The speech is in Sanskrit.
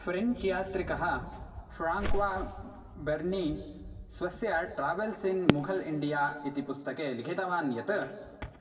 फ़्रेञ्च् यात्रिकः फ़्राङ्क्वा बेर्नी स्वस्य ट्रावेल्स् इन् मुघल् इण्डिया इति पुस्तके लिखितवान् यत्